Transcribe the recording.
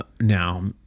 now